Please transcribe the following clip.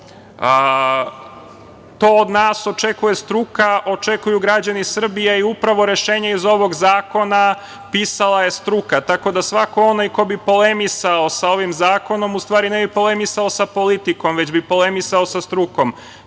To od nas očekuje struka, očekuju građani Srbije i upravo je rešenja iz ovog zakona pisala struka, tako da svako onaj ko bi polemisao sa ovim zakonom, u stvari ne bi polemisao sa politikom, već bi polemisao sa strukom. Njegova